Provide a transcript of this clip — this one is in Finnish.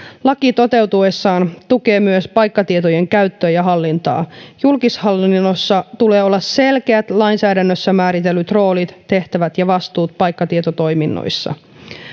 laki toteutuessaan tukee myös paikkatietojen käyttöä ja hallintaa julkishallinnossa tulee olla selkeät lainsäädännössä määritellyt roolit tehtävät ja vastuut paikkatietotoiminnoissa